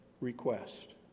request